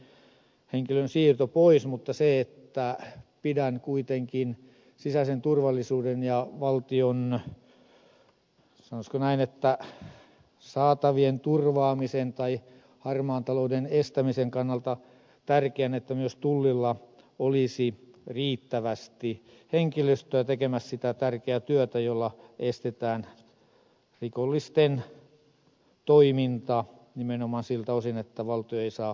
siellä ei nyt ole ilmeisesti kuin yhden henkilön siirto pois mutta pidän kuitenkin sisäisen turvallisuuden ja valtion sanoisiko näin saatavien turvaamisen tai harmaan talouden estämisen kannalta tärkeänä että myös tullilla olisi riittävästi henkilöstöä tekemässä sitä tärkeää työtä jolla estetään rikollisten toiminta nimenomaan siltä osin että valtio ei saa omiansa